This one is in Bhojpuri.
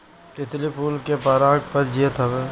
तितली फूल के पराग पर जियत हवे